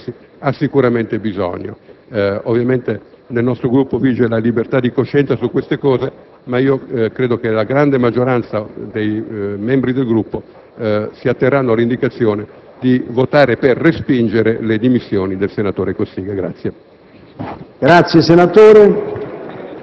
di volontà di cercare la verità senza compromessi ha sicuramente bisogno. Ovviamente, nel nostro Gruppo vige la libertà di coscienza su questi temi, ma credo che la grande maggioranza dei suoi membri si atterrà all'indicazione di votare per respingere le dimissioni del senatore Cossiga.